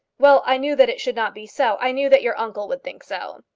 well, i knew that it should not be so. i knew that your uncle would think so.